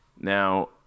Now